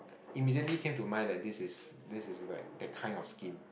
immediately came to mind that this is this is like that kind of scheme